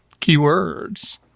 keywords